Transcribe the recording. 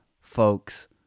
folks